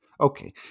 Okay